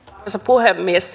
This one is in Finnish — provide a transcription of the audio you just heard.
arvoisa puhemies